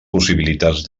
possibilitats